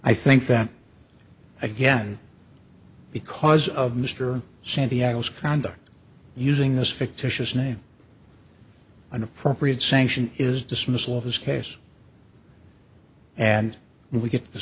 i think that again because of mr santiago's conduct using this fictitious name an appropriate sanction is dismissal of this case and we get the